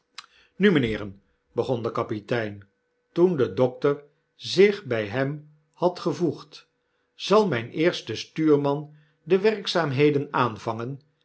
nu mynheeren begon de kapitein toen de dokter zich by hem had gevoegd zalmyn eerste stuurman de werkzaamheden aanvangen